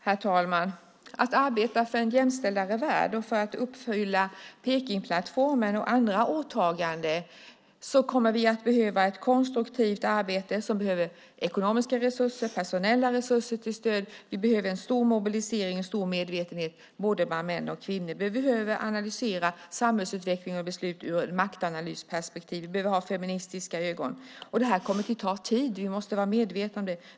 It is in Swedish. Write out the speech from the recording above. Herr talman! För att kunna arbeta för en mer jämställd värld och för att kunna uppfylla Pekingplattformen och andra åtaganden kommer vi att behöva ett konstruktivt arbete som behöver ekonomiska resurser och personella resurser som stöd. Vi behöver en stor mobilisering och en stor medvetenhet bland både män och kvinnor. Vi behöver analysera samhällsutveckling och beslut ur ett maktanalysperspektiv. Vi behöver ha feministiska ögon. Detta kommer att ta tid. Vi måste vara medvetna om det.